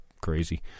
crazy